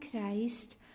Christ